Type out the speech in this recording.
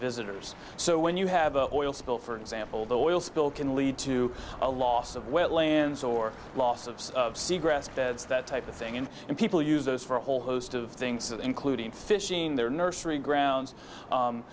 visitors so when you have an oil spill for example the oil spill can lead to a loss of wetlands or loss of seagrass beds that type of thing and people use those for a whole host of things including fishing their nursery grounds